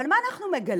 אבל מה אנחנו מגלים?